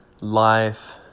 life